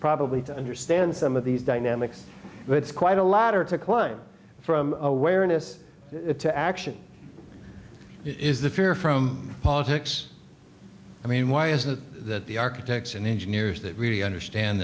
probably to understand some of these dynamics but it's quite a ladder to climb from awareness to action is the fear from politics i mean why is it that the architects and engineers that really understand